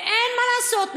ואין מה לעשות,